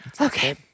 okay